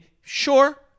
Sure